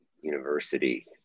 university